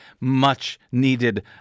much-needed